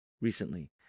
recently